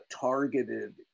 targeted